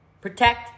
Protect